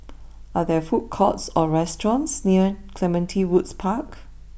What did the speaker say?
are there food courts or restaurants near Clementi Woods Park